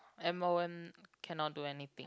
M_O_M cannot do anything